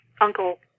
uncle